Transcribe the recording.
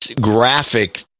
graphic